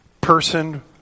person